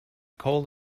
cold